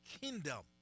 kingdom